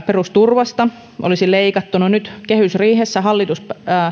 perusturvasta olisi leikattu no nyt kehysriihessä hallitus